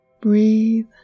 Breathe